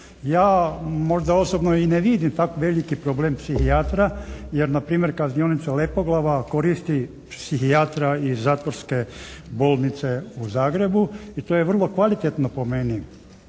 Ja možda osobno i ne vidim tak veliki problem psihijatra, jer na primjer kaznionica Lepoglava koristi psihijatra i zatvorske bolnice u Zagrebu i to je vrlo kvalitetno po meni